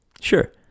Sure